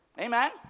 Amen